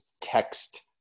text